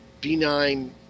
benign